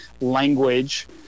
language